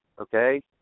okay